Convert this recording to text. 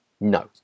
No